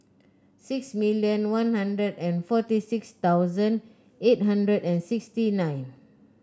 six million One Hundred and forty six thousand eight hundred and sixty nine